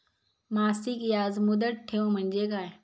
मासिक याज मुदत ठेव म्हणजे काय?